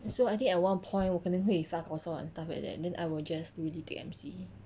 so I think at one point 我可能会发高烧 and stuff like that then I will just really take M_C